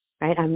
Right